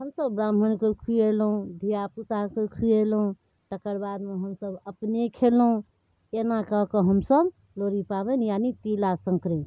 हमसभ ब्राह्मणके खुएलहुँ धिआपुताके खुएलहुँ तकर बादमे हमसभ अपने खएलहुँ एना कऽ कऽ हमसभ लोड़ी पाबनि यानि तिलासन्क्रान्ति